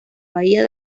bahía